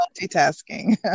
multitasking